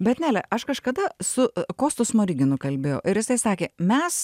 bet nele aš kažkada su kostu smoriginu kalbėjau ir jisai sakė mes